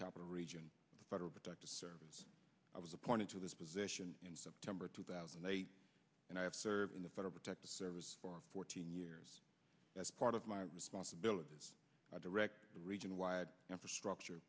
capital region federal protective service i was appointed to this position in september two thousand and eight and i have served in the federal protective service for fourteen years as part of my responsibility as a director the region wide infrastructure